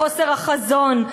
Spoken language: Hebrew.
חוסר החזון,